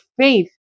faith